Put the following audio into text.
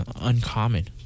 Uncommon